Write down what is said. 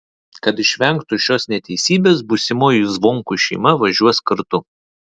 kad išvengtų šios neteisybės būsimoji zvonkų šeima važiuos kartu